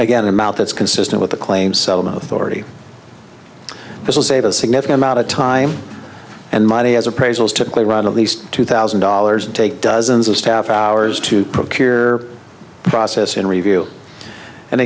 again amount that's consistent with the claim settlement authority this will save a significant amount of time and money as appraisals typically run at least two thousand dollars and take dozens of staff hours to procure process in review an